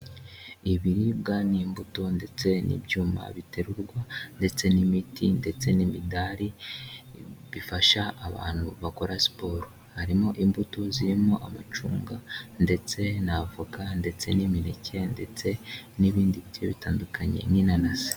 Ibiribwa n'imbuto ndetse n'ibyuma biterurwa ndetse n'imiti ndetse n'imidari, bifasha abantu bakora siporo, harimo imbuto zirimo amacunga ndetse na avoka ndetse n'imineke ndetse n'ibindi bigiye bitandukanye n'inanasi.